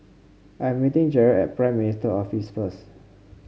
I'm meeting Jarred at Prime Minister's Office first